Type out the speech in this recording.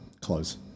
close